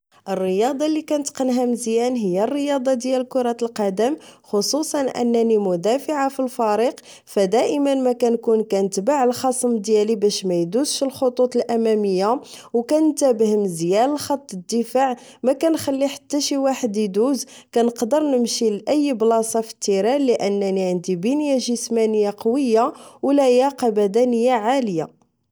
الرياضة لي كنتقنها مزيان هي الرياضة ديال كرة القدم خصوصا أنني مدافعة فالفريق فدائما مكنكون كنتبع الخصم ديالي باش ميدوز الخطوط الأمامية أو كنتبه مزيان لخط الدفاع مكنخليش حتى شي واحد إيدوز كنقدر نمشي لأي بلاصة فتيران لأنني عندي بنية جسدية قوية أو لياقة بدنية عالي